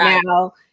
Now